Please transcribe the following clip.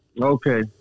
Okay